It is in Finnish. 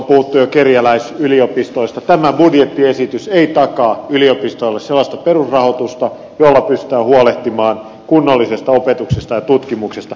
tämä budjettiesitys ei takaa yliopistoille sellaista perusrahoitusta jolla pystytään huolehtimaan kunnollisesta opetuksesta ja tutkimuksesta